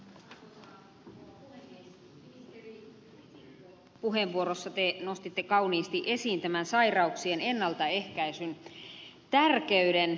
ministeri risikko puheenvuorossanne te nostitte kauniisti esiin tämän sairauksien ennaltaehkäisyn tärkeyden